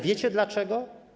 Wiecie dlaczego?